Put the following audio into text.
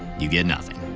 you get nothing.